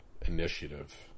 initiative